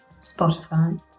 spotify